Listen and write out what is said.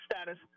status